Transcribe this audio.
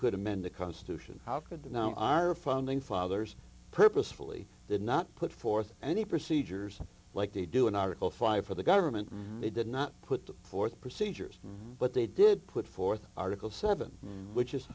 could amend the constitution how could the now our founding fathers purposefully did not put forth any procedures like they do in article five for the government really did not put forth procedures but they did put forth article seven which is